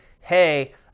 hey